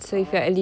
oh